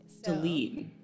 Delete